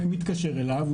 מתקשר אליו,